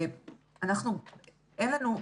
אין לנו.